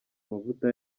mavuta